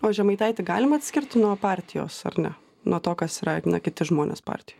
o žemaitaitį galima atskirt nuo partijos ar ne nuo to kas yra na kiti žmonės partijoj